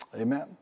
Amen